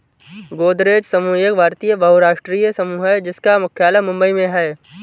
गोदरेज समूह एक भारतीय बहुराष्ट्रीय समूह है जिसका मुख्यालय मुंबई में है